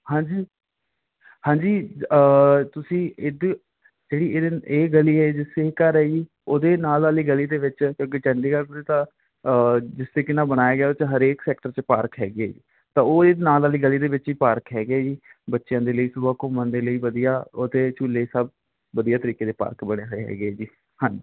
ਹਾਂਜੀ ਹਾਂਜੀ ਤੁਸੀਂ ਇੱਦ ਜਿਹੜੀ ਇਹਦੇ ਇਹ ਗਲੀ ਹੈ ਜਿਸ 'ਚ ਇਹ ਘਰ ਹੈ ਜੀ ਉਹਦੇ ਨਾਲ ਵਾਲੀ ਗਲੀ ਦੇ ਵਿੱਚ ਜਿਹੜਾ ਕਿ ਇੱਕ ਚੰਡੀਗੜ੍ਹ ਦਾ ਜਿਸ ਤਰੀਕੇ ਨਾਲ ਬਣਾਇਆ ਗਿਆ ਉਹ 'ਚ ਹਰੇਕ ਸੈਕਟਰ 'ਚ ਪਾਰਕ ਹੈਗੇ ਤਾਂ ਉਹ ਇਹਦੇ ਨਾਲ ਵਾਲੀ ਗਲੀ ਦੇ ਵਿੱਚ ਹੀ ਪਾਰਕ ਹੈਗੇ ਹੈ ਜੀ ਬੱਚਿਆਂ ਦੇ ਲਈ ਸੁਬਹ ਘੁੰਮਣ ਦੇ ਲਈ ਵਧੀਆ ਉਹ 'ਤੇ ਝੂਲੇ ਸਭ ਵਧੀਆ ਤਰੀਕੇ ਦੇ ਪਾਰਕ ਬਣੇ ਹੋਏ ਹੈਗੇ ਹੈ ਜੀ ਹਾਂਜੀ